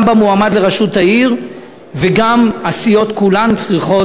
גם המועמד לראשות העיר וגם הסיעות כולן צריכים